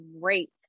great